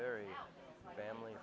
very family